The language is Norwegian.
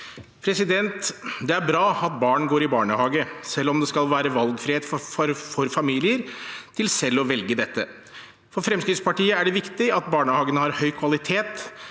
aktiviteter. Det er bra at barn går i barnehage, selv om det skal være valgfrihet for familier til selv å velge dette. For Fremskrittspartiet er det viktig at barnehagene har høy kvalitet